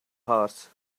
horse